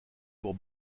pour